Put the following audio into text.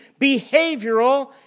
behavioral